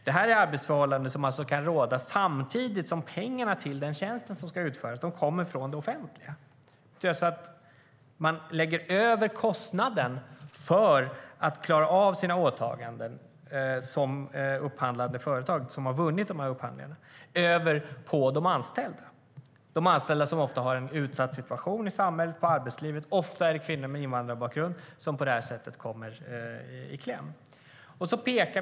Det här är arbetsförhållanden som alltså kan råda samtidigt som pengarna till den tjänst som ska utföras kommer från det offentliga. Som det företag som vunnit upphandlingen lägger man över kostnaden för att klara av sina åtaganden på de anställda. Det här är anställda som ofta har en utsatt situation i samhället och i arbetslivet; ofta är det kvinnor med invandrarbakgrund som på det här sättet kommer i kläm.